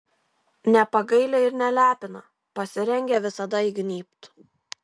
nepagaili ir nelepina pasirengę visada įgnybt